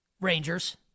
Rangers